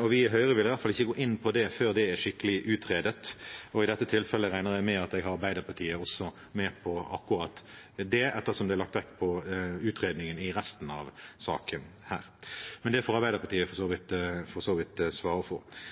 og vi i Høyre vil i hvert fall ikke gå inn på det før det er skikkelig utredet. I dette tilfellet regner jeg med at jeg har med meg Arbeiderpartiet på akkurat det, ettersom det er lagt vekt på utredningen i resten av saken. Men det får for så vidt Arbeiderpartiet svare for.